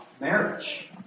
marriage